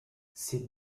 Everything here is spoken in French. ces